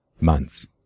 months